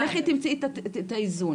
ולכי תמצאי את האיזון.